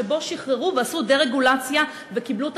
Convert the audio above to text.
שבה שחררו ועשו דה-רגולציה וקיבלו תצהירים.